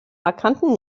markanten